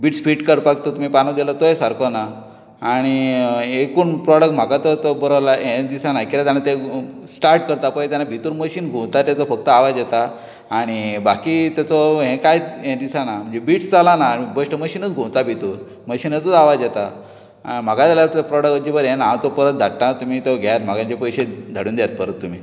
bits fit करपाक तुमी पानो दिल्लो तोय सारको ना आनी अ एकूण प्रॉडक्ट म्हाका तर तो बरो हेच दिसना कितें जाणां तो स्टार्ट करता पय तेन्ना भितून मशीन घुंवता तेचो फक्त आवाज येता आनी हे बाकी तेजो हें कांयच हे दिसना बिट्स चलना बेश्टो मशीनूच घुंवता भितून मशीनाचोच आवाज येता आं म्हाका जाल्यार प्रॉडक्ट अज्जिबात हे ना हांव तो परत धाडटा तुमी तो घेयात म्हाका पयशे धाडून दियात परत तुमी